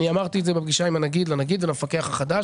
אני אמרתי את זה בפגישה עם הנגיד לנגיד ולמפקח החדש.